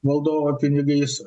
valdovo pinigais